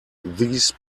these